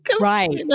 Right